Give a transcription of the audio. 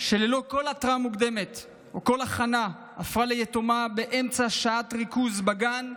ללא כל התראה מוקדמת או הכנה הפכה ליתומה באמצע שעת ריכוז בגן.